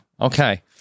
Okay